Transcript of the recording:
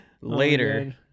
Later